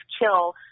kill